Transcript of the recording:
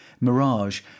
Mirage